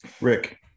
Rick